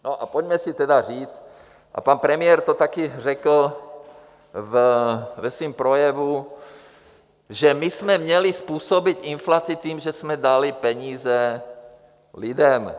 No a pojďme si tedy říct, a pan premiér to taky řekl ve svém projevu, že jsme měli způsobit inflaci tím, že jsme dali peníze lidem.